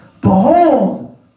behold